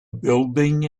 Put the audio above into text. building